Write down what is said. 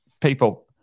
people